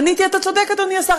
עניתי: אתה צודק, אדוני השר.